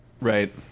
Right